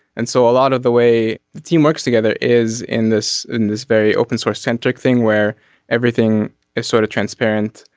and so a lot of the way the team works together is in this in this very open source centric thing where everything is sort of transparent.